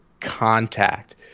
contact